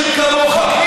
מיקי,